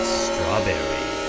strawberry